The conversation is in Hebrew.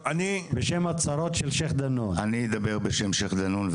אני אדבר בשם א-שייח' דנון,